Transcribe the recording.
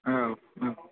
औ औ